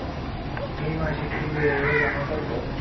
मी माझी फी वेळेवर जमा करतो